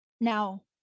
Now